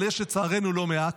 אבל יש לצערנו לא מעט)